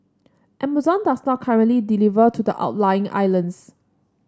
Amazon does not currently deliver to the outlying islands